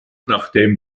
nachdem